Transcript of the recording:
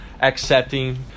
accepting